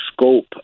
scope